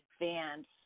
advance